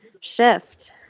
shift